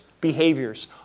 behaviors